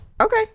Okay